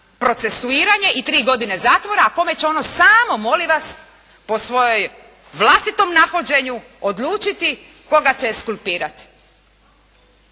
procesuiranje i tri godine zatvora a kome će ono samo molim vas po vlastitom nahođenju odlučiti koga će eskulpirati.